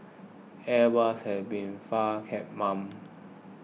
airbus has been far mum